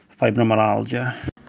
fibromyalgia